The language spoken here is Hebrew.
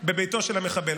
בביתו של המחבל.